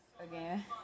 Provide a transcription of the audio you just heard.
again